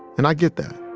and i get that.